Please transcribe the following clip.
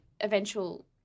eventual